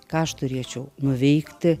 ką aš turėčiau nuveikti